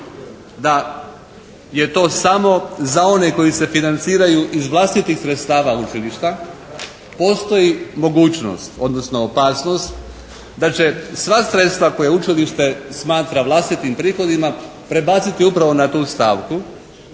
da je to samo za one koji su financiraju iz vlastitih sredstava učilišta postoji mogućnost, odnosno opasnost da će sva sredstva koje učilište smatra vlastitim prihodima prebaciti upravo na tu stavku